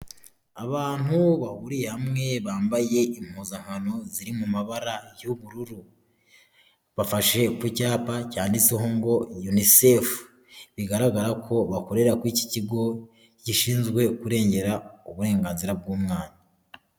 Abantu bahuriye hamwe bambaye impuzankano ziri mu mabara y'ubururu, bafashe ku cyapa cyanditseho ngo Yunisefu, bigaragara ko bakorera ku iki kigo gishinzwe kurengera uburenganzira bw'umwana.